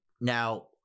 Now